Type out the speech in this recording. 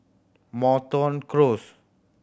Moreton Close